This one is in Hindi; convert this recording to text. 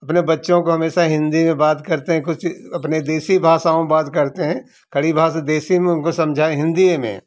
अपने बच्चों को हमेशा हिंदी में बात करते हैं कुछ ही अपने देशी भाषाओं बात करते हैं खड़ी भाषा देशी में हमको समझाए हिंदी में